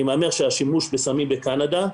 אני מהמר שהשימוש בסמים בקנדה,